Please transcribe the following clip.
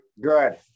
Good